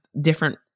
different